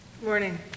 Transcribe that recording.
morning